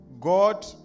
God